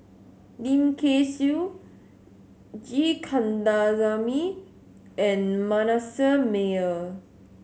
Lim Kay Siu G Kandasamy and Manasseh Meyer